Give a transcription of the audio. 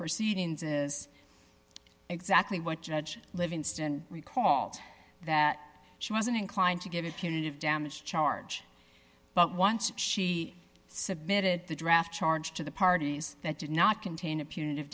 proceedings is exactly what judge livingston recalled that she wasn't inclined to give a punitive damage charge but once she submitted the draft charge to the parties that did not contain a punit